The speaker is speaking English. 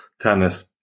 tennis